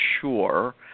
sure